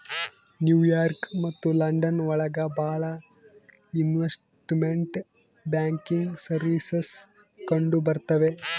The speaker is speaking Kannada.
ನ್ಯೂ ಯಾರ್ಕ್ ಮತ್ತು ಲಂಡನ್ ಒಳಗ ಭಾಳ ಇನ್ವೆಸ್ಟ್ಮೆಂಟ್ ಬ್ಯಾಂಕಿಂಗ್ ಸರ್ವೀಸಸ್ ಕಂಡುಬರ್ತವೆ